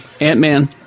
Ant-Man